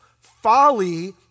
Folly